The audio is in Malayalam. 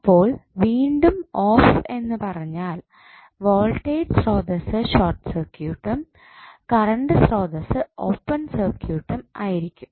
അപ്പോൾ വീണ്ടും ഓഫ് എന്നുപറഞ്ഞാൽ വോൾടേജ് സ്രോതസ്സ് ഷോർട്ട് സർക്യൂട്ടും കറണ്ട് സ്രോതസ്സ് ഓപ്പൺ സർക്യൂട്ട് ആയിരിക്കും